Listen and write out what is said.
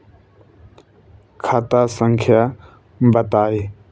खाता संख्या बताई?